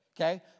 okay